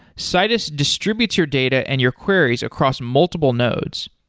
citus distributes your data and your queries across multiple nodes.